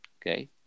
Okay